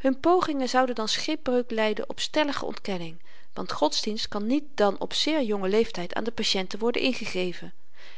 hun pogingen zouden dan schipbreuk lyden op stellige ontkenning want godsdienst kan niet dan op zeer jongen leeftyd aan de patienten worden ingegeven